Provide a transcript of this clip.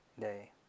day